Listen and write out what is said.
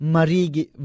Marigi